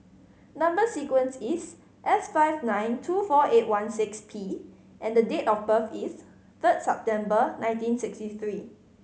number sequence is S five nine two four eight one six P and date of birth is third September nineteen sixty three